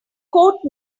quote